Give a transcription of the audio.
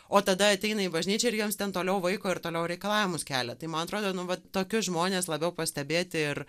o tada ateina į bažnyčią ir jiems ten toliau vaiko ir toliau reikalavimus kelia tai man atrodo nu vat tokius žmones labiau pastebėti ir